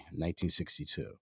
1962